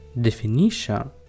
Definition